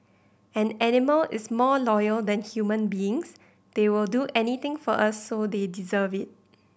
an animal is more loyal than human beings they will do anything for us so they deserve it